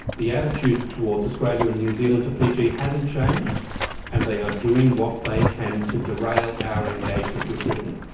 the attitude towards australia and new zealand to fiji hasn't changed and they are doing what they can to derail our engagement with britain.